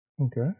Okay